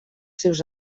seus